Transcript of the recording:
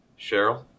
Cheryl